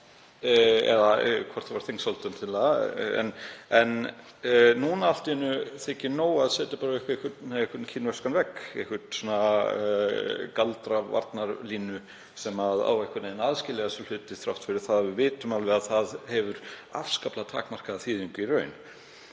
eða hvort það var þingsályktunartillaga, en núna allt í einu þykir nóg að setja bara upp einhvern kínverskan vegg, einhverja galdravarnarlínu sem á að aðskilja þessa hluti þrátt fyrir að við vitum alveg að það hefur afskaplega takmarkaða þýðingu í raun.